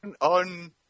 On –